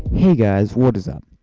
hey guys what is up,